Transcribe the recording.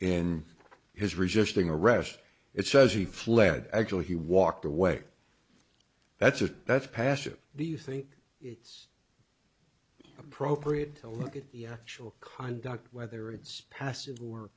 in his resisting arrest it says he fled actually he walked away that's it that's passive do you think it's appropriate to look at the actual conduct whether it's passive or